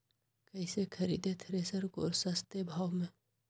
कैसे खरीदे थ्रेसर को सस्ते भाव में?